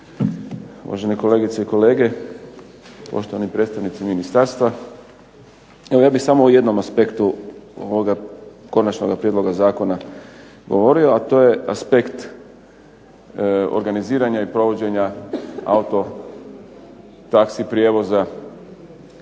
Uvažene kolegice i kolege. Poštovani predstavnici ministarstva. Evo ja bih samo o jednom aspektu ovoga konačnoga prijedloga zakona govorio, a to je aspekt organiziranja i provođenja autotaxi prijevoza